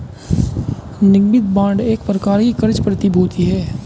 निगमित बांड एक प्रकार की क़र्ज़ प्रतिभूति है